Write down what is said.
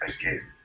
again